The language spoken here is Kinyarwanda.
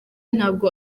ntabwo